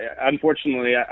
unfortunately